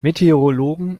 meteorologen